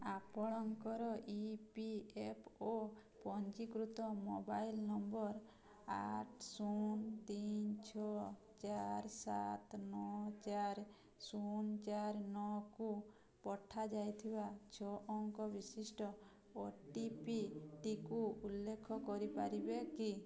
ଆପଣଙ୍କର E P F O ପଞ୍ଜୀକୃତ mobile number ଆଠ ଶୂନ ତିନି ଛଅ ଚାରି ସାତ ନଅ ଚାରି ଶୂନ ଚାରି ନଅକୁ ପଠାଯାଇଥିବା ଛ'ଅଙ୍କ ବିଶିଷ୍ଟ ଓଟିପିଟିକୁ ଉଲ୍ଲେଖ କରିପାରିବେ କି